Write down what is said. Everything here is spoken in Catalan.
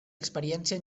experiència